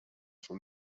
from